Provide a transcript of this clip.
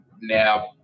now